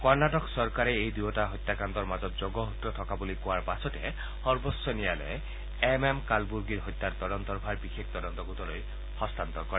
কৰ্ণাটক চৰকাৰে এই দুয়োটা হত্যাকাণ্ডৰ মাজত যোগসূত্ৰ থকা বুলি কোৱাৰ পাছতে সৰ্বোচ্চ ন্যায়ালয়ে এম এম কালবৰ্গিৰ হত্যাৰ তদন্তৰ ভাৰ বিশেষ তদন্ত গোটলৈ হস্তান্তৰ কৰে